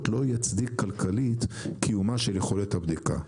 לא יצדיק כלכלית קיומה של יכולת הבדיקה.